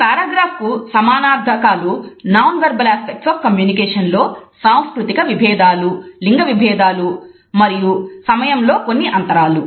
ఈ పారాగ్రాఫ్ కు సమానార్థకాలు non verbal aspects of communication లో సాంస్కృతిక విభేదాలు లింగ విభేదాలు మరియు సమయంలో కొన్ని అంతరాలు